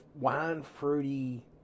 wine-fruity